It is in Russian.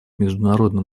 международным